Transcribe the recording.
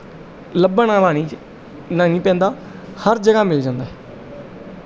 ਲੱਭਣਾ ਨਹੀਂ ਪੈਂਦਾ ਹਰ ਜਗ੍ਹਾ ਮਿਲ ਜਾਂਦਾ